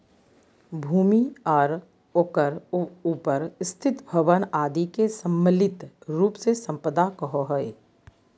भूमि आर ओकर उपर स्थित भवन आदि के सम्मिलित रूप से सम्पदा कहो हइ